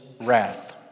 wrath